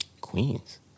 Queens